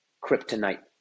kryptonite